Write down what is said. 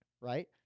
right